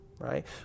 right